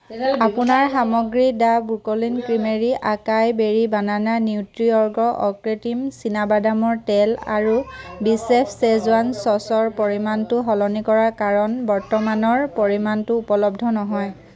আপোনাৰ সামগ্ৰী the Brooklyn creamery acai berry banana Nutriorg অকৃত্ৰিম চীনাবাদামৰ তেল আৰু বিচেফ শ্বেজৱান চচৰ পৰিমাণটো সলনি কৰাৰ কাৰণ বৰ্তমানৰ পৰিমাণটো উপলব্ধ নহয়